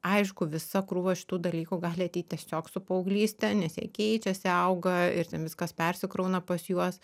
aišku visa krūva šitų dalykų gali ateit tiesiog su paauglyste nes jie keičiasi auga ir ten viskas persikrauna pas juos